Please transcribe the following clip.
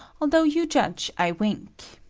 although you judge i wink.